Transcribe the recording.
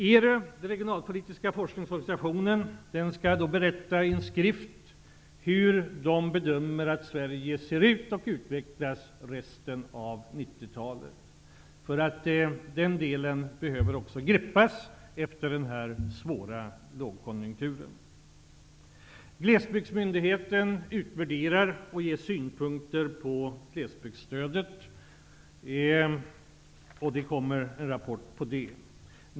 ERU, den regionalpolitiska forskningsorganisationen, skall i en skrift berätta hur den bedömer att Sverige ser ut och utvecklas under resten av 90-talet. Även den delen behöver greppas efter den svåra lågkonjunkturen. Glesbygdsmyndigheten utvärderar och ger synpunkter på glesbygdsstödet, och det kommer en rapport om detta.